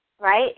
right